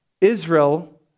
Israel